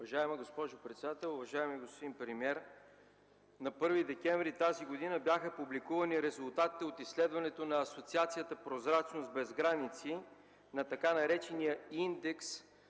Уважаема госпожо председател, уважаеми господин премиер! На 1 декември бяха публикувани резултатите от изследването на асоциацията „Прозрачност без граници” на така наречения индекс